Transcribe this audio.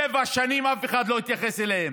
שבע שנים אף אחד לא התייחס אליהם,